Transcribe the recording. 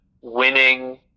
winning